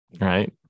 right